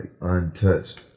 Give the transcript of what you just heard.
untouched